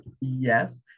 yes